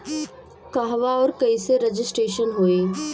कहवा और कईसे रजिटेशन होई?